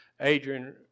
Adrian